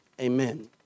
amen